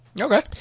Okay